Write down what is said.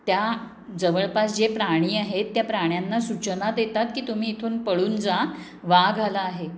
त्या जवळपास जे प्राणी आहेत त्या प्राण्यांना सूचना देतात की तुम्ही इथून पळून जा वाघ आला आहे